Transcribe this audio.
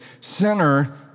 sinner